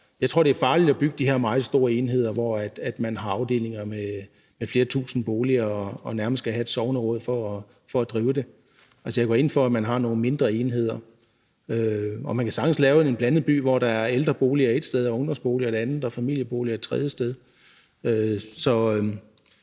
Jeg tror, det er farligt at bygge de her meget store enheder, hvor man har afdelinger med flere tusind boliger og nærmest skal have et sogneråd for at drive dem. Jeg går ind for, at man har nogle mindre enheder. Og man kan sagtens lave en blandet by, hvor der er ældreboliger et sted, ungdomsboliger et andet sted og familieboliger et tredje sted,